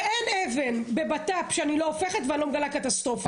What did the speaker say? ואין אבן בבט"פ שאני הופכת ואני לא מגלה קטסטרופה.